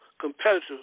competitor